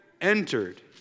entered